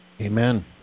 Amen